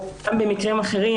או גם במקרים אחרים.